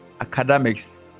academics